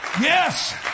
Yes